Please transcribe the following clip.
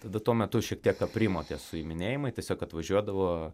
tada tuo metu šiek tiek aprimo tie suiminėjimai tiesiog atvažiuodavo